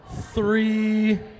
three